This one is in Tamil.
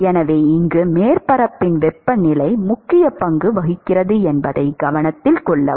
எனவே இங்கு மேற்பரப்பின் வெப்பநிலை முக்கிய பங்கு வகிக்கிறது என்பதை கவனத்தில் கொள்ளவும்